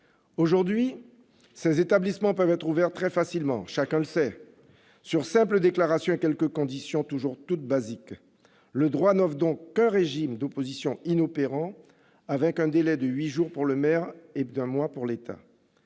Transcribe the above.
Aujourd'hui, ces établissements peuvent être ouverts très facilement, chacun le sait, sur simple déclaration, pourvu que soient remplies quelques conditions somme toute basiques. Le droit n'offre donc qu'un régime d'opposition inopérant avec un délai de huit jours pour le maire et d'un mois pour l'État.